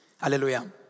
Hallelujah